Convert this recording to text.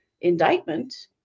indictment